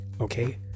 okay